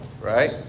right